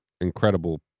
incredible